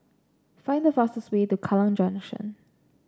find the fastest way to Kallang Junction